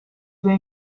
due